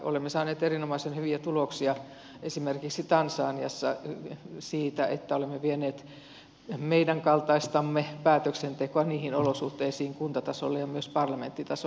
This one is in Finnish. olemme saaneet erinomaisen hyviä tuloksia esimerkiksi tansaniassa siitä että olemme vieneet meidän kaltaistamme päätöksentekoa niihin olosuhteisiin kuntatasolle ja myös parlamenttitasolle